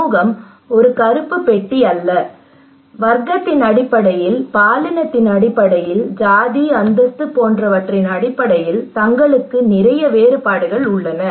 சமூகம் ஒரு கருப்பு பெட்டி அல்ல வர்க்கத்தின் அடிப்படையில் பாலினத்தின் அடிப்படையில் சாதி அந்தஸ்து போன்றவற்றின் அடிப்படையில் தங்களுக்குள் நிறைய வேறுபாடுகள் உள்ளன